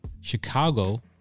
Chicago